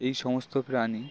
এই সমস্ত প্রাণী